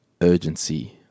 urgency